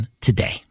today